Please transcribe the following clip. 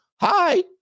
Hi